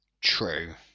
True